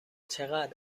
چقدر